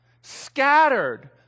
scattered